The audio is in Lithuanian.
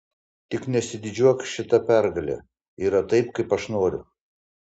tik nesididžiuok šita pergale yra taip kaip aš noriu